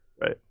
Right